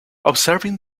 observing